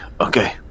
Okay